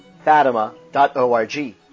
Fatima.org